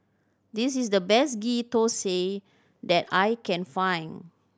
this is the best Ghee Thosai that I can find